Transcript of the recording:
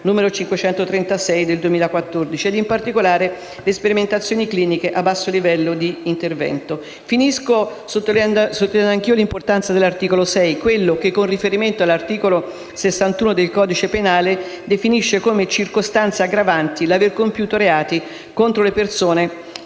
n. 536 del 2014, in particolare per le sperimentazioni cliniche a basso livello di intervento. Termino sottolineando anch'io l'importanza dell'articolo 6, che, con riferimento all'articolo 61 del codice penale, definisce come circostanze aggravanti l'aver compiuto reati in danno di persone